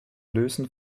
lösen